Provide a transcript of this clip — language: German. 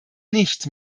nicht